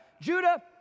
Judah